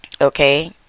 Okay